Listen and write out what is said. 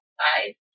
five